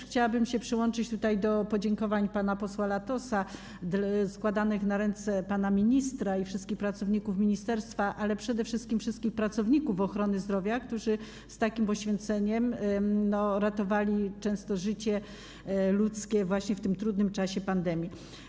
Chciałabym też przyłączyć się do podziękowań pana posła Latosa składanych na ręce pana ministra i wszystkich pracowników ministerstwa, ale przede wszystkim wszystkich pracowników ochrony zdrowia, którzy z takim poświęceniem często ratowali życie ludzkie w trudnym czasie pandemii.